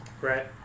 Right